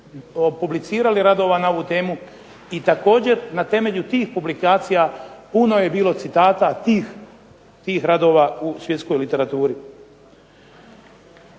publicirali radova na ovu temu i također na temelju tih publikacija puno je bilo citata tih radova u svjetskoj literaturi.